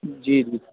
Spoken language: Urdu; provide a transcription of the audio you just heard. جی جی